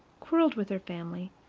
quarreled with her family,